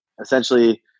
essentially